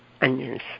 Onions